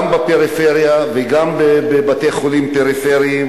גם בפריפריה וגם בבתי-חולים פריפריים,